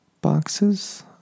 boxes